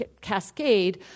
cascade